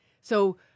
So-